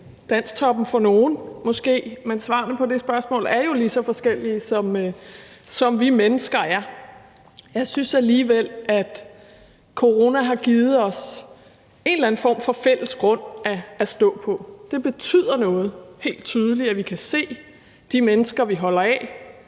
»Dansktoppen« for nogen, men svarene på det spørgsmål er jo lige så forskellige, som vi mennesker er. Jeg synes alligevel, at corona har givet os en eller anden form for fælles grund at stå på. Det betyder helt tydeligt noget, at vi kan se de mennesker, vi holder af: